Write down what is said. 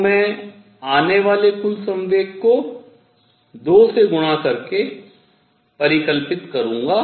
तो मैं आने वाले कुल संवेग को 2 से गुणा करके परिकलित करूँगा